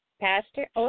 Pastor